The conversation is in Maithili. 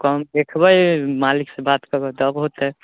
कम देखबै मालिकसँ बात करबै तब होतै